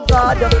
God